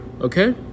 okay